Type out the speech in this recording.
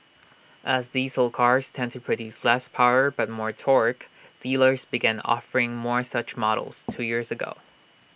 as diesel cars tend to produce less power but more torque dealers began offering more such models two years ago